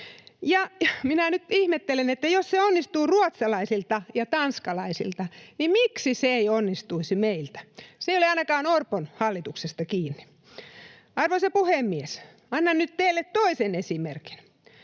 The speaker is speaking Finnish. Ja minä nyt ihmettelen, että jos se onnistuu ruotsalaisilta ja tanskalaisilta, niin miksi se ei onnistuisi meiltä. Se ei ole ainakaan Orpon hallituksesta kiinni. Arvoisa puhemies! Annan nyt teille toisen esimerkin.